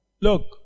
Look